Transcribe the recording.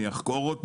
אני אחקור.